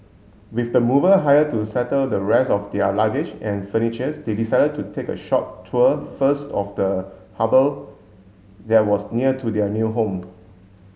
with the mover hired to settle the rest of their luggage and furnitures they decided to take a short tour first of the harbour there was near to their new home